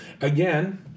again